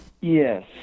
Yes